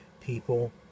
people